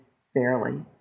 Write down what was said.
fairly